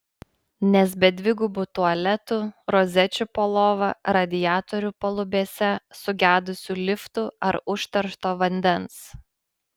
nes be dvigubų tualetų rozečių po lova radiatorių palubėse sugedusių liftų ar užteršto vandens